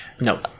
No